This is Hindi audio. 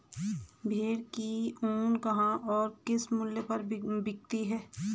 भेड़ की ऊन कहाँ और किस मूल्य पर बिकती है?